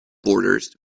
borders